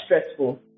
stressful